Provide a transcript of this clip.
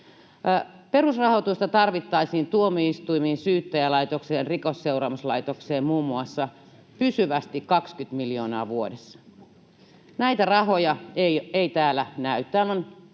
Perusrahoitusta tarvittaisiin muun muassa tuomioistuimiin, Syyttäjälaitokseen ja Rikosseuraamuslaitokseen pysyvästi 20 miljoonaa vuodessa. Näitä rahoja ei täällä näy.